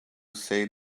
say